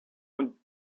und